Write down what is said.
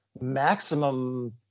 maximum